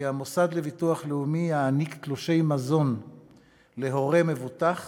המוסד לביטוח לאומי ייתן תלושי מזון להורה מבוטח